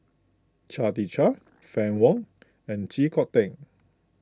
Chia Tee Chiak Fann Wong and Chee Kong Tet